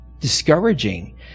discouraging